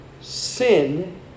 Sin